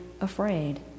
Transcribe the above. afraid